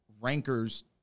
Ranker's